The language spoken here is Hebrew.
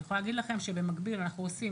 אני יכולה להגיד לכם שבמקביל אנחנו עושים